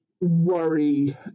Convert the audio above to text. worry